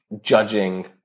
judging